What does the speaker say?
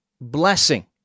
blessing